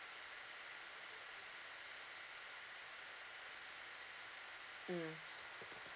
mm